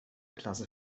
klasse